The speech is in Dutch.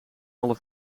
alle